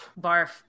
Barf